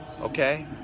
okay